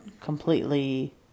completely